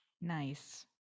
nice